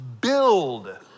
build